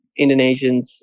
Indonesians